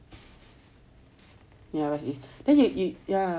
ya west east but then like